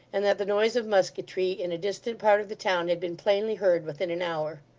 and that the noise of musketry in a distant part of the town had been plainly heard within an hour.